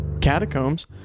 catacombs